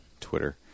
Twitter